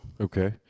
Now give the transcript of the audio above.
Okay